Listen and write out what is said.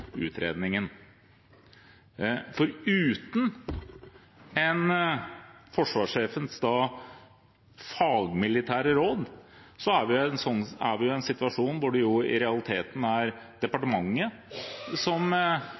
utredningen. For uten forsvarssjefens fagmilitære råd er vi i en situasjon hvor det i realiteten er departementet som